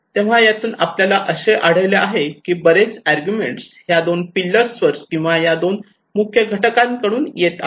तेव्हा यातून आपल्याला असे आढळले आहे की बरेच अर्ग्युमेंट्स हे या दोन पिलर्स किंवा या अशा दोन मुख्य घटकांकडून येत आहेत